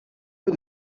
peu